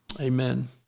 Amen